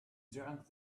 drank